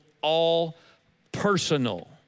all-personal